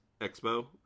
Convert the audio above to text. expo